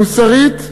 מוסרית,